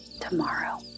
tomorrow